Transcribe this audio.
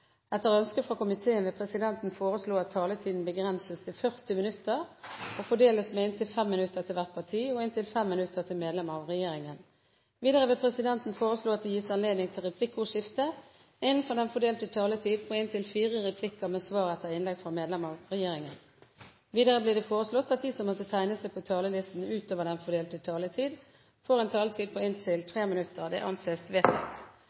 Etter ønske fra kommunal- og forvaltningskomiteen vil presidenten foreslå at taletiden begrenses til 40 minutter og fordeles med inntil 5 minutter til hvert parti og inntil 5 minutter til medlem av regjeringen. Videre vil presidenten foreslå at det gis anledning til replikkordskifte på inntil fire replikker med svar etter innlegg fra medlem av regjeringen innenfor den fordelte taletid. Videre blir det foreslått at de som måtte tegne seg på talerlisten utover den fordelte taletid, får en taletid på inntil 3 minutter. – Det anses vedtatt.